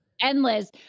Endless